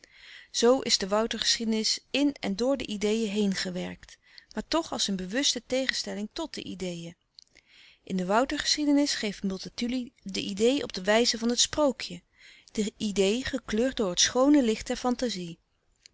zoo is de woutergeschiedenis in en door de ideen heengewerkt maar toch als een bewuste tegenstelling tot die ideen in de woutergeschiedenis geeft multatuli de idee op de wijze van het sprookje de idee gekleurd door het schoone licht der fantasie